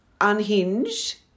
unhinged